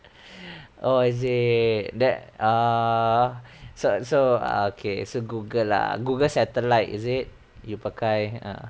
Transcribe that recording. oh I see there there ah so so uh okay so google lah google satellite is it you pakai ah